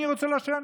אני רוצה לעשן.